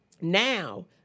now